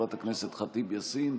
חברת הכנסת ח'טיב יאסין,